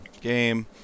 game